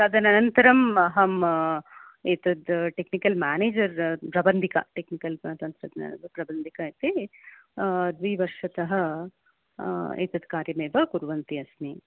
तदनन्तरम् अहं एतत् टेक्निकल् मैनेजर् प्रबन्धिका टेकनिकल् प्रबन्धिका इति द्वि वर्षतः एतत् कार्यमेव कुर्वन्ति अस्मि